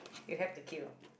you have to queue